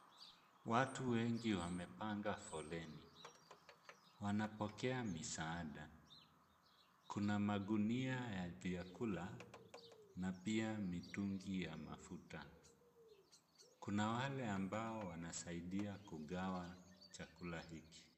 Watu wengi wamepanga foleni wanapokea misaada. Kuna magunia ya vyakula na pia mitungi ya mafuta. Kuna wale ambao wanasaidia kugawa chakula hiki.